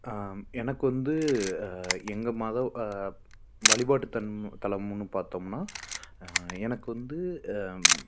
எனக்கு வந்து எங்கள் மத வழிபாட்டுத்தன் தலம்முன்னு பார்த்தோம்னா எனக்கு வந்து